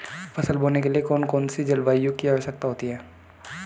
फसल बोने के लिए कौन सी जलवायु की आवश्यकता होती है?